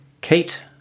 Kate